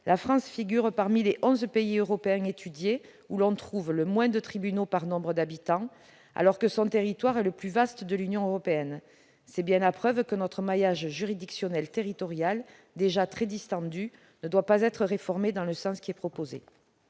la France figure parmi les onze pays européens étudiés où l'on trouve le moins de tribunaux par nombre d'habitants, alors que son territoire est le plus vaste de l'Union européenne. C'est bien la preuve que notre maillage juridictionnel territorial, déjà très distendu, ne doit pas être réformé dans le sens proposé.